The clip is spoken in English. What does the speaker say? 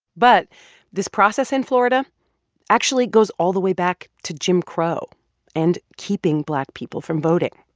but this process in florida actually goes all the way back to jim crow and keeping black people from voting.